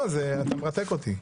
לא, אתה מרתק אותי.